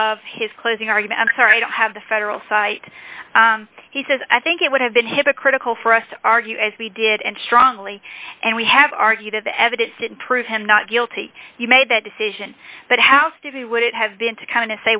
of his closing argument i'm sorry i don't have the federal site he says i think it would have been hypocritical for us to argue as we did and strongly and we have argued that the evidence didn't prove him not guilty you made that decision but how stupid would it have been to